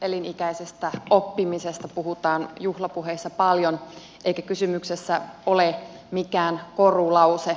elinikäisestä oppimisesta puhutaan juhlapuheissa paljon eikä kysymyksessä ole mikään korulause